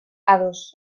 ados